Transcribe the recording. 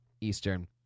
Eastern